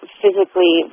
physically